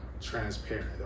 transparent